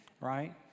right